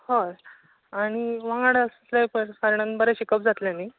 हय आनी वांगडा आसल्या कारणान बरें शिकप जातलें न्ही